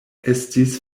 estis